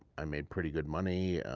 i made pretty good money,